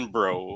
Bro